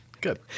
Good